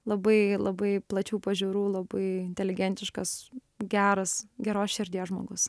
labai labai plačių pažiūrų labai inteligentiškas geras geros širdies žmogus